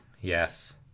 Yes